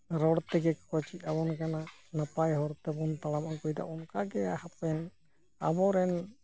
ᱨᱚᱲ ᱛᱮᱜᱮ ᱠᱚ ᱪᱮᱫ ᱟᱵᱚᱱ ᱠᱟᱱᱟ ᱱᱟᱯᱟᱭ ᱦᱚᱨ ᱛᱮᱵᱚᱱ ᱛᱟᱲᱟᱢ ᱟᱜᱩᱭᱮᱫᱟ ᱚᱱᱠᱟ ᱜᱮ ᱦᱟᱯᱮᱱ ᱟᱵᱚᱨᱮᱱ